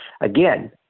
again